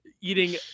eating